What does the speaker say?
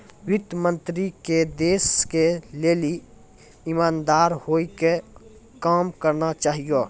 वित्त मन्त्री के देश के लेली इमानदार होइ के काम करना चाहियो